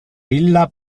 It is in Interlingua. illa